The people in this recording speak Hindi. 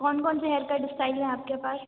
कौन कौन से हेयरकट स्टाइल हैं आपके पास